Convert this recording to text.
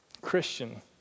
Christian